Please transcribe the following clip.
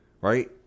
right